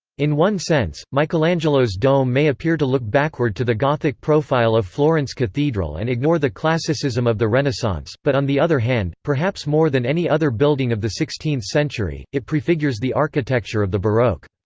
in one sense, michelangelo's dome may appear to look backward to the gothic profile of florence cathedral and ignore the classicism of the renaissance, but on the other hand, perhaps more than any other building of the sixteenth century, it prefigures the architecture of the baroque.